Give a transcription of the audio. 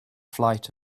flight